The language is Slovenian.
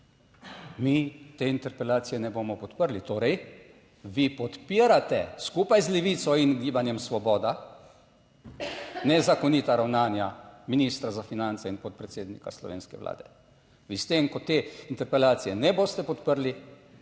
mi te interpelacije ne bomo podprli. Torej, vi podpirate skupaj z Levico in Gibanjem Svoboda nezakonita ravnanja ministra za finance in podpredsednika slovenske vlade. Vi s tem, ko te interpelacije ne boste podprli,